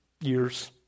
Years